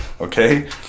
okay